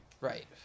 right